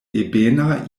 ebena